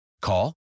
Call